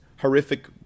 horrific